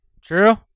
True